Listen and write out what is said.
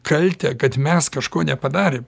kaltę kad mes kažko nepadarėm